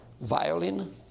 violin